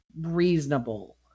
reasonable